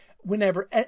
whenever